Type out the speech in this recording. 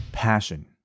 passion